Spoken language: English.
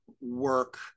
work